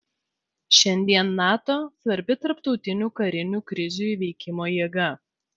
šiandien nato svarbi tarptautinių karinių krizių įveikimo jėga